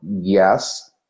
Yes